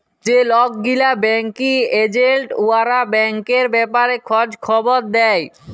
যে লক গিলা ব্যাংকিং এজেল্ট উয়ারা ব্যাংকের ব্যাপারে খঁজ খবর দেই